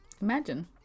imagine